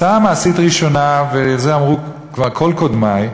הצעה מעשית ראשונה, ואת זה אמרו כבר כל קודמי,